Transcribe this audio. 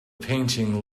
painting